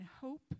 hope